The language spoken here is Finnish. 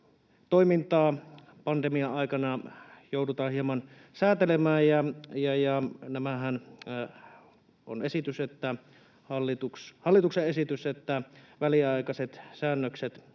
toimintaa pandemian aikana joudutaan hieman säätelemään ja että väliaikaiset säännökset